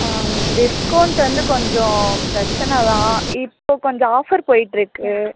ஆ discount வந்து கொஞ்சம் பிரச்சனை தான் இப்போ கொஞ்சம் ஆஃபர் போயிட்டுருக்கு